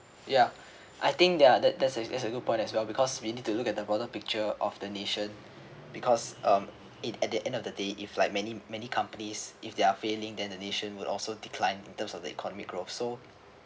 ya I think there're that that's that's a good point as well because we need to look at the broader picture of the nation because um it at the end of the day if like many many companies if they're failing then the nation would also declined in terms of the economic growth so